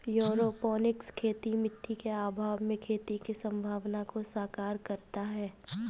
aeroponics खेती मिट्टी के अभाव में खेती की संभावना को साकार करता है